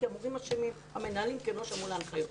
כי המורים אשמים והמנהלים אשמים כי הם לא שמעו להנחיות.